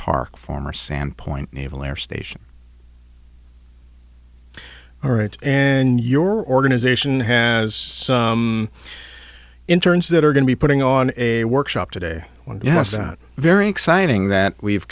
park former sandpoint naval air station all right and your organization has interns that are going to be putting on a workshop today yes not very exciting that we've